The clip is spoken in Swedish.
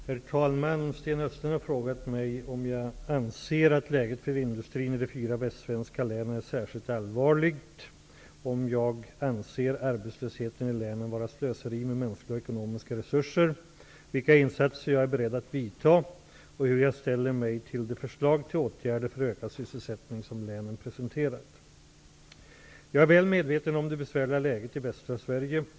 Herr talman! Sten Östlund har frågat mig om jag anser att läget för industrin i de fyra västsvenska länen är särskilt allvarligt, om jag anser arbetslösheten i länen vara slöseri med mänskliga och ekonomiska resurser, vilka insatser jag är beredd att vidta och hur jag ställer mig till de förslag till åtgärder för ökad sysselsättning som länen presenterat. Jag är väl medveten om det besvärliga läget i västra Sverige.